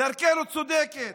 דרכנו צודקת,